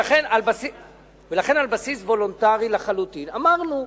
ולכן על בסיס וולונטרי לחלוטין אמרנו,